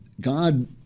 God